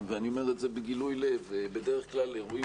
ואני אומר את זה בגילוי לב בדרך כלל אירועים